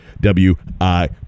W-I-